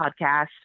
podcast